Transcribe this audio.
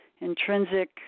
intrinsic